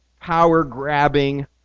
power-grabbing